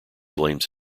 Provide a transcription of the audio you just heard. blames